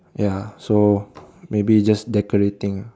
ya so maybe just decorating lah